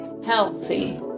healthy